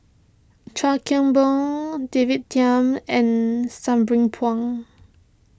Chuan Keng Boon David Tham and Sabri Puang